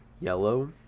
yellow